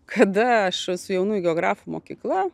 kada aš su jaunųjų geografų mokykla